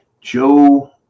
Joe